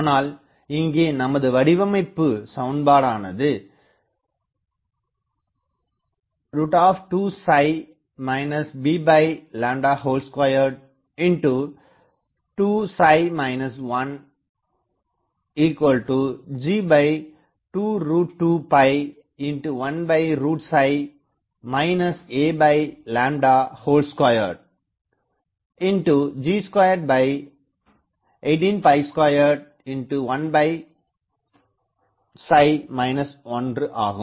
ஆனால் இங்கே நமது வடிவமைப்பு சமன்பாடுஆனது 2 b22 1G22 1 a2G21821 1 ஆகும்